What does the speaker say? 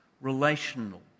relational